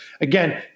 again